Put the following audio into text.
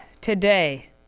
today